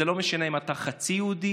זה לא משנה אם אתה חצי יהודי,